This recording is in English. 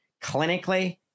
clinically